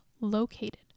located